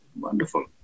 Wonderful